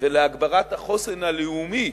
גיסא ולהגברת החוסן הלאומי